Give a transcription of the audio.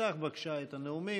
תפתח בבקשה את הנאומים,